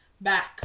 back